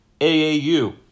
AAU